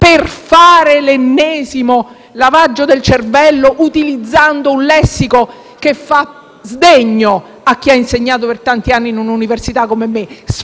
per fare l'ennesimo lavaggio del cervello, utilizzando un lessico che fa sdegno a chi ha insegnato per tanti anni in un'università, come me: